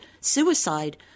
suicide